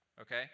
Okay